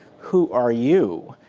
who are you?